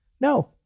No